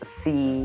see